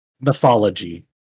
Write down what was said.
mythology